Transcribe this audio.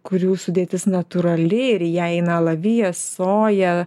kurių sudėtis natūrali ir į ją įeina alavijas soja